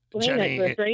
Jenny